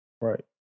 Right